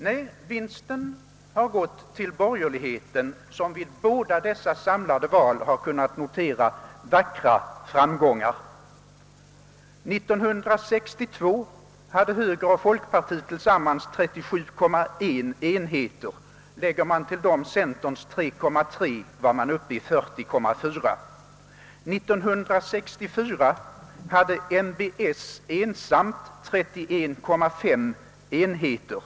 Nej, vinsten har gått till borgerligheten, som vid båda de senaste valen har kunnat notera vackra framgångar. 1962 hade högern och folkpartiet tillsammans 37,1 enheter. Lägger man därtill centerns 3,3 är man uppe i 40,4 enheter. 1964 hade MbS ensamt 31,5 enheter.